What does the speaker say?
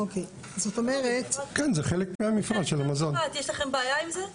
אין נמנעים.